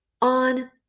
on